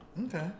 Okay